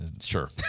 Sure